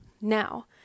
now